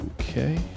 Okay